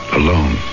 alone